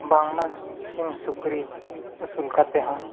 ᱵᱟᱝ ᱢᱟ ᱥᱤᱢ ᱥᱩᱠᱨᱤ ᱟᱹᱥᱩᱞ ᱠᱟᱛᱮᱫ ᱦᱚᱸ